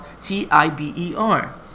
T-I-B-E-R